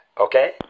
okay